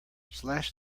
slash